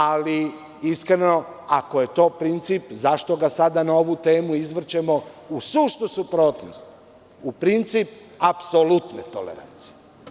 Ali, iskreno ako je to princip zašto ga sada na ovu temu izvrćemo u suštu suprotnost u princip apsolutne tolerancije.